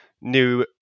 new